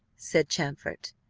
said champfort,